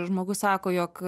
žmogus sako jog